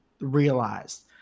realized